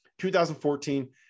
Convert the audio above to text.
2014